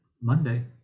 Monday